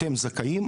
אתם זכאים.